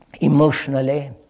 emotionally